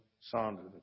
Sandra